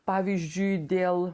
pavyzdžiui dėl